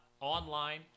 online